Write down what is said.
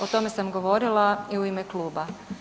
O tome sam govorila i u ime kluba.